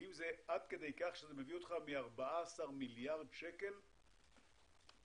האם זה עד כדי כך להביא למצב מ-14 מיליארד לחצי מיליארד?